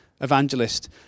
evangelist